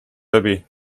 läbi